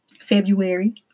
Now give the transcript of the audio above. February